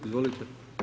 Izvolite.